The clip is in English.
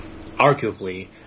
Arguably